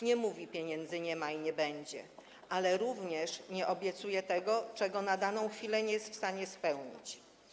Nie mówi: pieniędzy nie ma i nie będzie, ale również nie obiecuje tego, czego na daną chwilę nie jest w stanie spełnić.